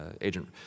Agent